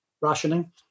rationing